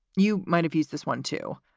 you might have used this one, too.